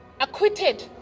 acquitted